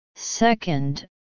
Second